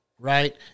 right